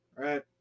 Right